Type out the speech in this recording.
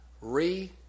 re-